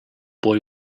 boy